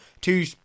two